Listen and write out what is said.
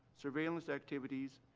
surveillance activities,